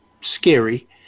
scary